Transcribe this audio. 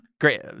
great